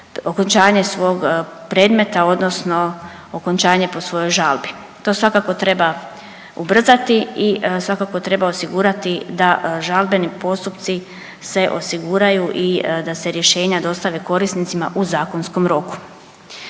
okončanje svog predmeta odnosno okončanje po svojoj žalbi. To svakako treba ubrzati i svakako treba osigurati da žalbeni postupci se osiguraju i da se rješenja dostave korisnicima u zakonskom roku.